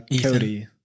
Cody